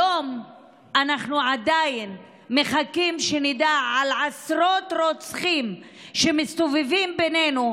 היום אנחנו עדיין מחכים לדעת על עשרות רוצחים שמסתובבים בינינו,